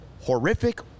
horrific